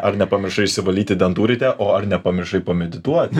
ar nepamiršai išsivalyti dantų ryte o ar nepamiršai pamedituoti